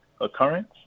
occurrence